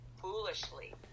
foolishly